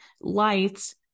lights